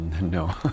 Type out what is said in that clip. No